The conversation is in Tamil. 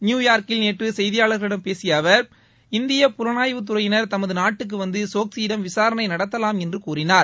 நியூயார்க்கில் நேற்று செய்தியாளர்களிடம் பேசிய அவர் இந்தியப் புலனாய்வு துறையினர் தமது நாட்டுக்கு வந்து சோக்சியிடம் விசாரணை நடத்தலாம் என்று கூறினார்